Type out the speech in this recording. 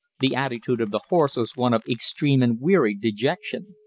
the attitude of the horse was one of extreme and wearied dejection.